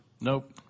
Nope